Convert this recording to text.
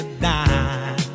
die